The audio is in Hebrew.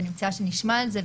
אני מציעה שנשמע על זה.